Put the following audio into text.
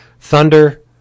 Thunder